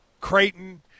Creighton